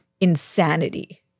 insanity